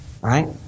right